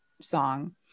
song